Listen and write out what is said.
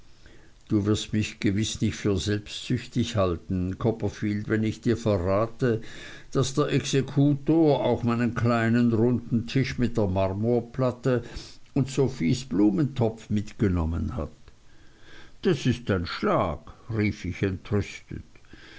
du wirst mich gewiß nicht für selbstsüchtig halten copperfield wenn ich dir verrate daß der exekutor auch meinen kleinen runden tisch mit der marmorplatte und sophies blumentopf mitgenommen hat das ist ein schlag rief ich